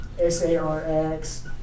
S-A-R-X